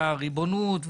את הריבונות,